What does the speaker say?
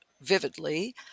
vividly